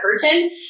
curtain